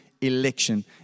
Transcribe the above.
election